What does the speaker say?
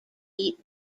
beat